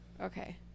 okay